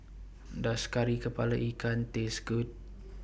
Does Kari Kepala Ikan Taste Good